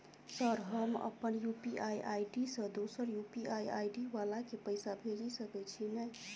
Sir हम अप्पन UPI ID सँ दोसर यु.पी.आई आई.डी वला केँ पैसा भेजि सकै छी नै?